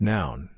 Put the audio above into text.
Noun